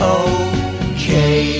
okay